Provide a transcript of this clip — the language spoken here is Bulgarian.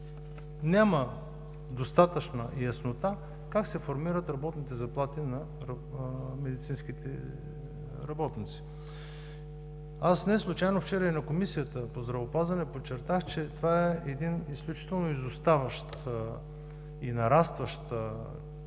няма достатъчна яснота как се формират работните заплати на медицинските специалисти. Неслучайно вчера и в Комисията по здравеопазването подчертах, че това е изключително изоставащ и нарастващ проблем.